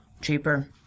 Cheaper